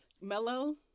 mellow